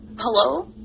hello